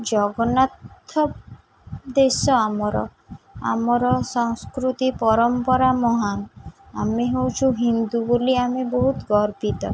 ଜଗନ୍ନାଥ ଦେଶ ଆମର ଆମର ସଂସ୍କୃତି ପରମ୍ପରା ମହାନ୍ ଆମେ ହେଉଛୁ ହିନ୍ଦୁ ବୋଲି ଆମେ ବହୁତ ଗର୍ବିତ